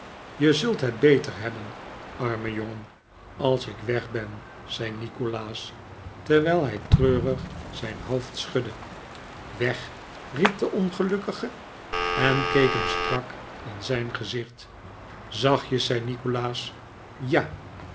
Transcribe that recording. je zult het beter hebben arme jongen als ik weg ben zei nikolaas terwijl hij treurig zijn hoofd schudde weg riep de ongelukkige en keek hem strak in zijn gezicht zachtjes zei nikolaas ja